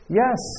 yes